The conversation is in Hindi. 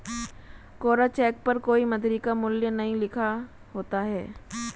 कोरा चेक पर कोई मौद्रिक मूल्य नहीं लिखा होता है